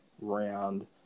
round